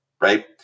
right